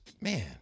man